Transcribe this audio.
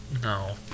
No